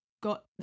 got